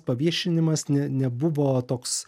paviešinimas ne nebuvo toks